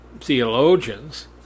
theologians